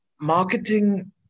marketing